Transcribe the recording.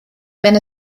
wenn